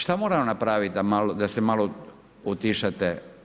Šta moram napravit da se malo utišate?